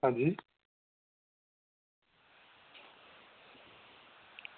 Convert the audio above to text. हां जी